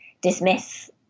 dismiss